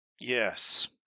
Yes